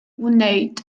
wneud